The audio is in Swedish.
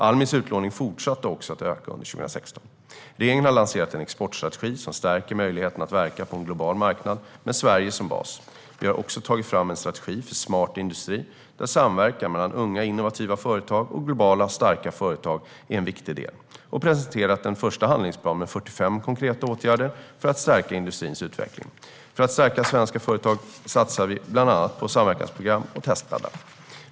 Almis utlåning fortsatte också att öka under 2016. Regeringen har lanserat en exportstrategi, som stärker möjligheterna att verka på en global marknad med Sverige som bas. Vi har också tagit fram en strategi för smart industri, där samverkan mellan unga, innovativa företag och starka globala företag är en viktig del, och presenterat en första handlingsplan med 45 konkreta åtgärder för att stärka industrins utveckling. För att stärka svenska företag satsar vi bland annat på samverkansprogram och testbäddar.